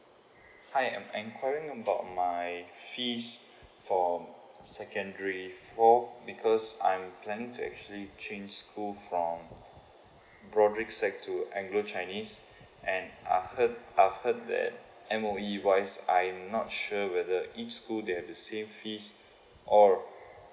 hi I'm enquiring about my fees for secondary four because I'm planning to actually change school from broadrick sec to anglo chinese and I heard I heard that M_O_E wise I'm not sure whether each school they have the same fees or